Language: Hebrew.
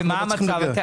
ומה המצב?